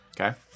Okay